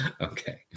okay